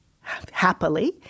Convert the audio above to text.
happily